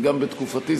וגם בתקופתי,